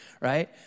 right